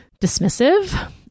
dismissive